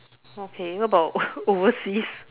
okay what about overseas